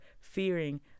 fearing